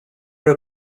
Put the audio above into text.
were